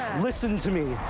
listen to me.